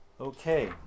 Okay